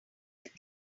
track